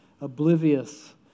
oblivious